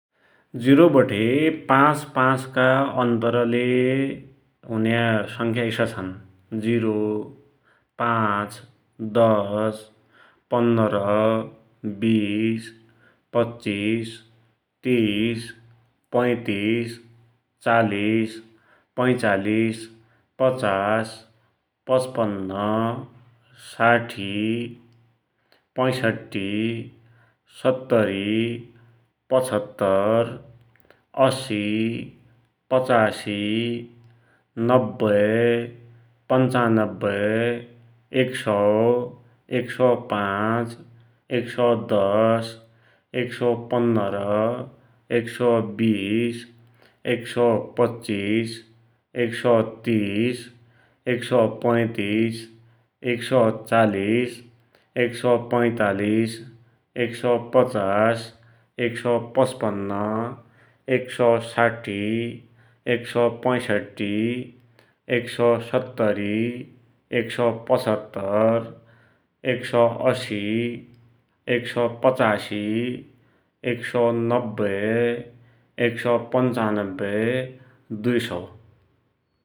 जीरो बठे पाचँ पाचँ का अन्तरले हुन्या संख्या इसा छन्ः जीरो, पाचँ, दश, पन्नर, बीस, पच्चिस, तीस, पैतिस, चालिस, पैचालिस, पचास, पचपन्न, साठी, पैसठ्ठी, सत्तरी, पचहत्तर, असी, पचासी, नब्बे, पन्चानब्बे, एक सौ, एक सौ पाचँ, एक सौ दश, एक सौ पन्नर, एक सौ वीस, एक सौ पच्चिस, एक सौ तीस, एक सौ पैतिस, एक सौ चालिस, एक सौ पैतलिस, एक सौ पचास, एक सौ पचपन्न, एक सौ साठी, एक सौ पैसठ्ठी, एक सौ सत्तरी, एक सौ पचहत्तर, एक सौ असी, एक सौ पचासी, एक सौ नब्बे, एक सौ पन्चानब्बे, दुइ सौ ।